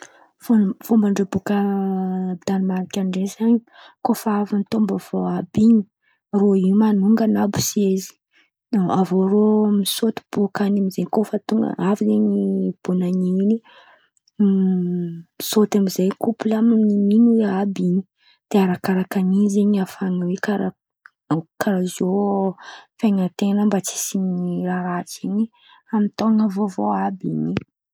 Fomban-drô boka danemarka ndraiky zen̈y. Koa fa avy ny tao-baovao àby in̈y: irô in̈y manonga an̈abo sezy, avô rô misôty bôka an̈y am-zay kopla amin'in̈y àby in̈y. De arakaraka in̈y zen̈y, ahafahan̈a hoe karàkaràha zao fiainan̈a ten̈a. Mba tsy isisiany raha ratsy am-taon̈o vaovao àby in̈y.